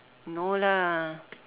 no lah